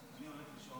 אתה מבין?